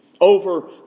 over